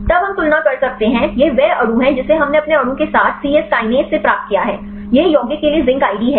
तब हम तुलना कर सकते हैं यह वह अणु है जिसे हमने अपने अणु के साथ सी यस काइनेज से प्राप्त किया है यह यौगिक के लिए जिंक आईडी है